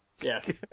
Yes